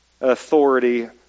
authority